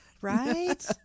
Right